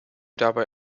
dabei